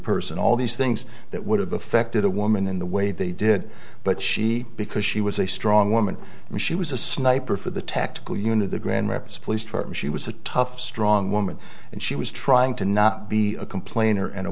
person all these things that would have affected a woman in the way they did but she because she was a strong woman and she was a sniper for the tactical unit of the grand rapids police department she was a tough strong woman and she was trying to not be a complainer and a